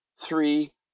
three